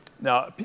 Now